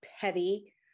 petty